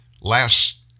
last